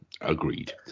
Agreed